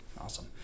Awesome